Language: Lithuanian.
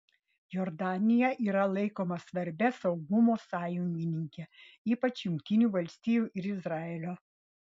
jordanija yra laikoma svarbia saugumo sąjungininke ypač jungtinių valstijų ir izraelio